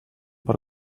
per